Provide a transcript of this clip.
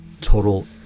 total